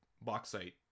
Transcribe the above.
bauxite